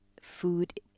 Food